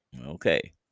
Okay